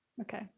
Okay